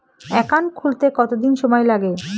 Account খুলতে কতদিন সময় লাগে?